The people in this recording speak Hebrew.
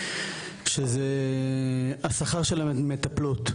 שזה השכר של המטפלות,